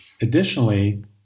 Additionally